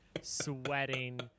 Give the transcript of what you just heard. sweating